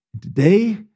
today